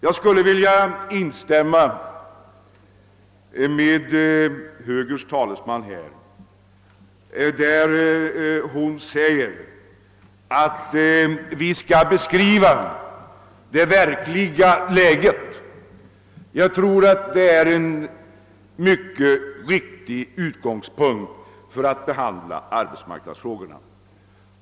Jag skulle vilja instämma med högerns företrädare i debatten som sade att vi skall beskriva det verkliga läget — det är en mycket riktig utgångspunkt för behandlingen av arbetsmarknadsfrågorna.